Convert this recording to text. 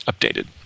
updated